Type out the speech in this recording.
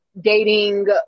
dating